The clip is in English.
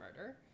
Murder